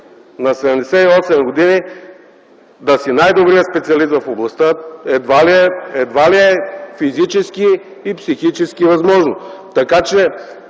На 78 години – да си най-добрият специалист в областта, едва ли е физически и психически възможно. Има